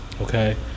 okay